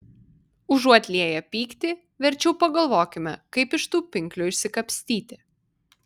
užuot lieję pyktį verčiau pagalvokime kaip iš tų pinklių išsikapstyti